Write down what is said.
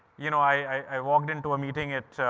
you know, i walked into a meeting at.